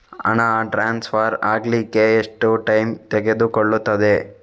ಹಣ ಟ್ರಾನ್ಸ್ಫರ್ ಅಗ್ಲಿಕ್ಕೆ ಎಷ್ಟು ಟೈಮ್ ತೆಗೆದುಕೊಳ್ಳುತ್ತದೆ?